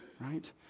right